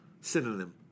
synonym